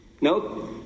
Nope